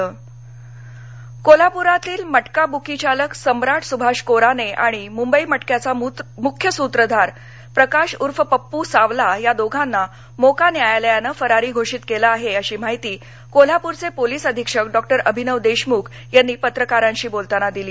फरारी घोषित कोल्हापर कोल्हापूरातील मटका ब्की चालक सम्राट सुभाष कोराने आणि मूंबई मटक्याचा मूख्य सुत्रधार प्रकाश उर्फ पप्पू सावला या दोघांना मोका न्यायालयानं फरारी घोषित केलं आहे अशी माहिती कोल्हापूरचे पोलीस अधीक्षक डॉक्टर अभिनव देशमुख यांनी पत्रकारांशी बोलताना दिली